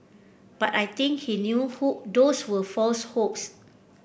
but I think he knew who those were false hopes